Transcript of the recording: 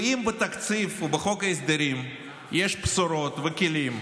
ואם בתקציב ובחוק ההסדרים יש בשורות וכלים,